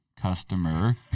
customer